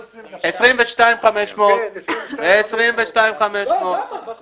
לא 21,500. 22,500. כן, זה 22,500. לא, למה?